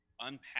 unpack